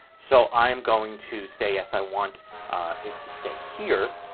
so i'm going to say yes i want it to stay here,